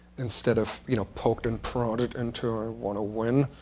instead of you know poked and prodded into, i want to win.